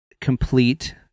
complete